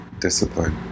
Discipline